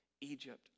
Egypt